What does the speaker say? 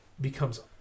becomes